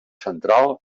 central